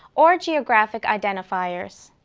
or geographic identifiers.